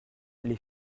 les